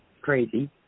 crazy